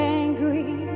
angry